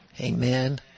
Amen